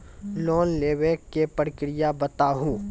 Loan लेवे के प्रक्रिया बताहू?